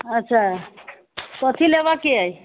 अच्छा कथी लेबअ के अछि